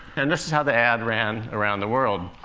and this is how the ad ran around the world.